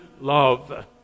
love